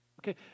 Okay